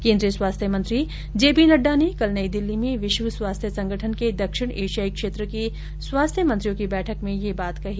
केन्द्रीय स्वास्थ्य मंत्री जे पी नड्डा ने कल नई दिल्ली में विश्व स्वास्थ्य संगठन के दक्षिण एशियाई क्षेत्र के स्वास्थ्य मंत्रियों की बैठक में यह बात कही